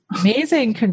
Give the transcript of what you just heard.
Amazing